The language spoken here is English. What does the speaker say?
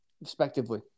respectively